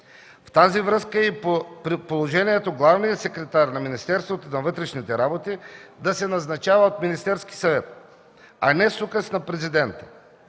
в тази връзка и при положение че главният секретар на Министерството на вътрешните работи се назначава от Министерския съвет, а не с указ на Президента,